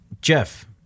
Jeff